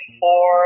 four